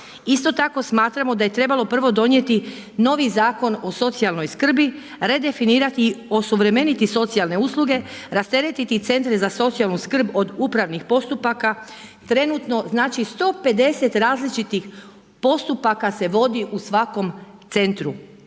Isto tako smatramo da je trebalo prvo donijeti novi Zakon o socijalnoj skrbi, redefinirati, osuvremeniti socijalne usluge, rasteretiti centra za socijalnu skrb od upravih postupaka, trenutno znači 150 različitih postupaka se vodi u svakom centru,